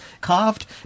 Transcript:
carved